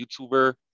YouTuber